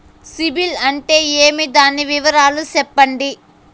సిబిల్ అంటే ఏమి? దాని వివరాలు సెప్పండి?